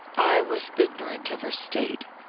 i was ignorant of her state.